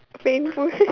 it's painful